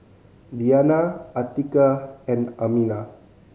Diyana Atiqah and Aminah